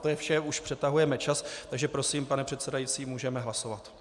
To je vše, už přetahujeme čas, takže prosím, pane předsedající, můžeme hlasovat.